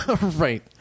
Right